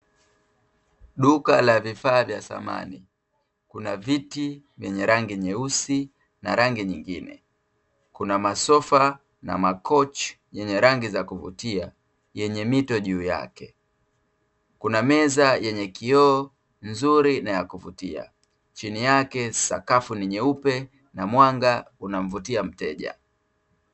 Duka la vifaa vya samani, kuna viti vyenye rangi nyeusi na rangi nyingine, kuna masofa na makochi yenye rangi za kuvutia, yenye mito juu yake. Kuna meza yenye kioo nzuri na ya kuvutia, chini yake sakafu ni nyeupe na mwanga unamvutia mteja.